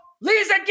Lisa